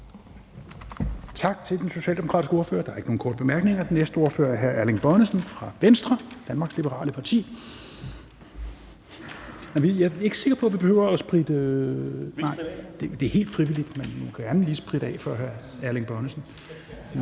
Tak til den socialdemokratiske ordfører. Der er ikke nogen korte bemærkninger. Den næste ordfører er hr. Erling Bonnesen fra Venstre, Danmarks Liberale Parti. Jeg er ikke sikker på, at man behøver at spritte af. Det er helt frivilligt, men man må gerne. Værsgo. Kl. 10:04 (Ordfører) Erling Bonnesen